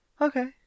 okay